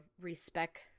respec